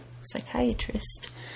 psychiatrist